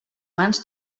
mans